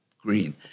green